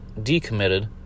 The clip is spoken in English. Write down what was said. decommitted